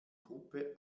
gruppe